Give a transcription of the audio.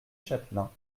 chatelain